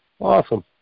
Awesome